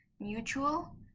Mutual